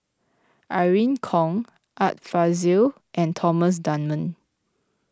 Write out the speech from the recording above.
Irene Khong Art Fazil and Thomas Dunman